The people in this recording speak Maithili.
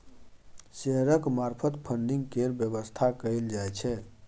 शेयरक मार्फत फडिंग केर बेबस्था कएल जाइ छै